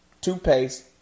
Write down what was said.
toothpaste